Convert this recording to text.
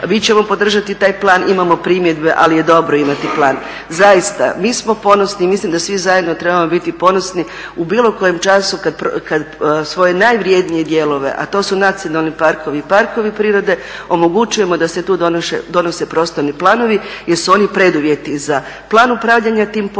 mi ćemo podržati taj plan, imamo primjedbe, ali je dobro imati plan. Zaista, mi smo ponosni i mislim da svi zajedno trebamo biti ponosni u bilo kojem času kad svoje najvrjednije dijelove, a to su nacionalni parkovi i parkovi prirode omogućujemo da se tu donose prostorni planovi jer su oni preduvjeti za plan upravljanja tim područjem